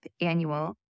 annual